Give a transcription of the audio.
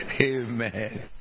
Amen